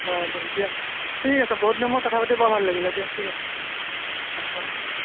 বাৰু দিয়া ঠিক আছে বহুত দিনৰ মূৰত কথা পাতি বৰ ভাল লাগিলে দিয়া ঠিক আছে অ' অ'